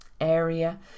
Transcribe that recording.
area